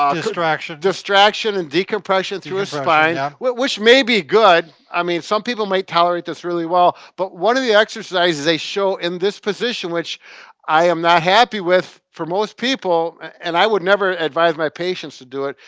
um distraction. distraction and decompression through the spine, ah which maybe good, i mean some people might tolerate this really well. but one of the exercises they show in this position, which i am not happy with, for most people, and i would never advise my patients to do it,